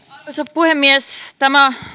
puhemies tämä